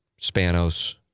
Spanos